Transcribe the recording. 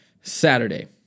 Saturday